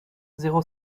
zéro